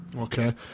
Okay